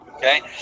okay